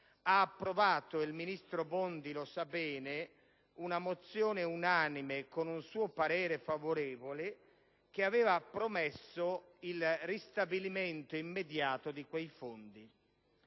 ha approvato - il ministro Bondi lo sa bene - una risoluzione unanime con un suo parere favorevole che aveva promesso il ristabilimento immediato di quei fondi.